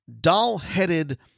doll-headed